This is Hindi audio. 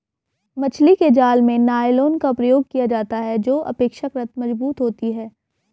मछली के जाल में नायलॉन का प्रयोग किया जाता है जो अपेक्षाकृत मजबूत होती है